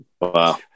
Wow